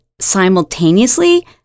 simultaneously